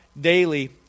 daily